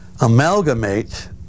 amalgamate